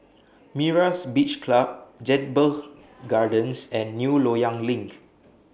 Myra's Beach Club Jedburgh Gardens and New Loyang LINK